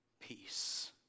peace